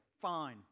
Fine